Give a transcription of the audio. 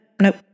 Nope